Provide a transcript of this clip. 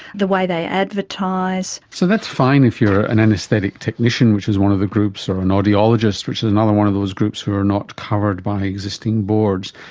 the way they advertise. so that's fine if you are an anaesthetic technician, which is one of the groups, or an audiologist, which is another one of those groups who are not covered by existing boards.